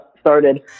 started